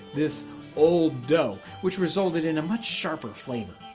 this old dough, which resulted in a much sharper flavor.